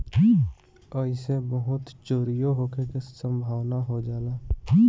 ऐइसे बहुते चोरीओ होखे के सम्भावना हो जाला